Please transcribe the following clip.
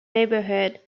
neighbourhood